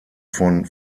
von